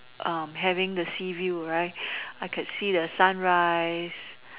having the sea view I could see the sunrise